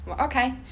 Okay